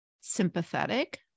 sympathetic